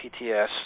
PTS